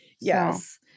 yes